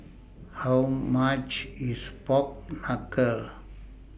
How much IS Pork Knuckle